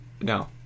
no